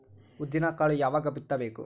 ಉದ್ದಿನಕಾಳು ಯಾವಾಗ ಬಿತ್ತು ಬೇಕು?